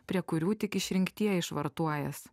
prie kurių tik išrinktieji švartuojas